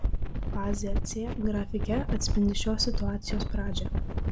fazė c grafike atspindi šios situacijos pradžią